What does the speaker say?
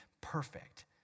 perfect